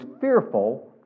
fearful